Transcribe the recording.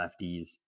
lefties